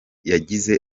yagize